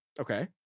Okay